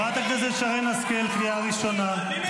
חברת הכנסת שרן השכל, קריאה ראשונה.